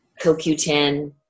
CoQ10